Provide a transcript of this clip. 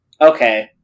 okay